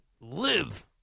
Live